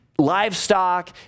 livestock